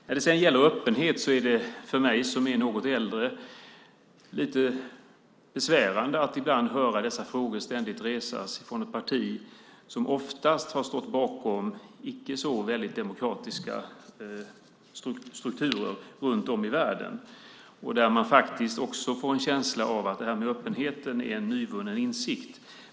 När det sedan gäller öppenhet är det för mig, som är något äldre, ibland lite besvärande att höra dessa frågor ständigt resas från ett parti som oftast har stått bakom icke så väldigt demokratiska strukturer runt om i världen. Man får också en känsla av att detta med öppenheten är en nyvunnen insikt.